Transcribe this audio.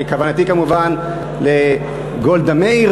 כוונתי כמובן לגולדה מאיר,